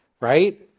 right